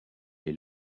les